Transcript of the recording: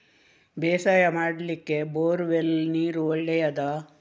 ಬೇಸಾಯ ಮಾಡ್ಲಿಕ್ಕೆ borewell ನೀರು ಒಳ್ಳೆಯದಾ?